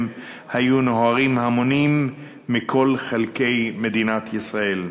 היו נוהרים המונים מכל חלקי מדינת ישראל.